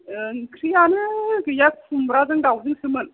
ओंख्रियानो गैया खुमब्राजों दाउजोंसोमोन